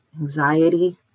anxiety